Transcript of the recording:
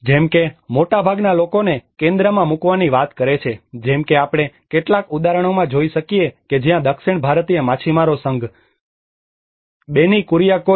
જેમ કે મોટાભાગના તેઓ લોકોને કેન્દ્રમાં મૂકવાની વાત કરે છે જેમ કે આપણે કેટલાક ઉદાહરણોમાં જોઈ શકીએ જ્યાં દક્ષિણ ભારતીય માછીમારો સંઘ બેની કુરીયાકોઝ